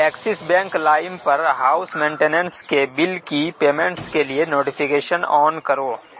Axis bank لائم پر house maintenance کے بل کی پیمنٹس کے لیے نوٹیفیکیشن آن کرو